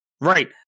Right